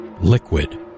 Liquid